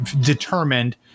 determined